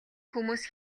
хүмүүс